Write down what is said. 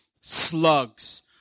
slugs